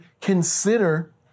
consider